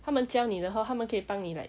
他们教你的话他们可以帮你 like